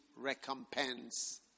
recompense